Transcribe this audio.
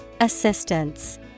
Assistance